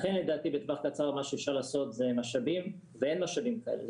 לכן לדעתי בטווח קצר מה שאפשר לעשות זה משאבים ואין משאבים כאלה.